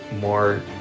more